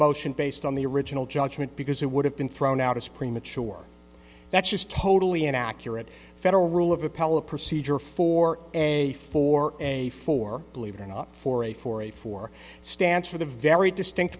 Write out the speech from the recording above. motion based on the original judgment because it would have been thrown out as premature that's just totally inaccurate federal rule of appellate procedure four and a four and a four believe it or not for a for a for stance for the very distinct